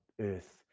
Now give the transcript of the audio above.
earth